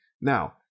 Now